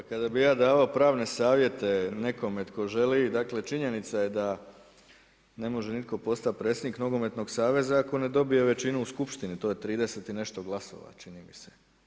Pa kada bi ja davao pravne savjete nekome tko želi, dakle činjenica je da ne može nitko postati predsjednik nogometnog saveza ako ne dobije većinu u skupštini, to je 30 i nešto glasova, čini mi se.